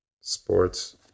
Sports